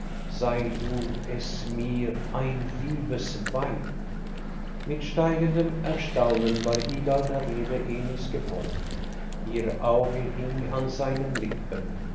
fehlt sei du es mir ein liebes weib mit steigendem erstaunen war ida der rede emils gefolgt ihr auge hing an seinen lippen